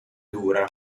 dura